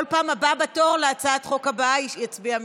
כל פעם הבא בתור, להצעת החוק הבאה, יצביע מכאן.